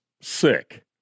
sick